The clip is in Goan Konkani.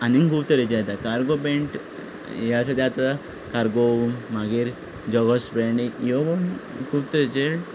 आनी खूब तरेचीं येता कारगो पॅण्ट हें आसा तें आतां कारगो मागीर जोगर्स पॅण्ट ह्यो खूब तरेचे